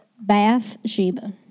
Bathsheba